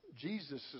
Jesus